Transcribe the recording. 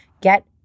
get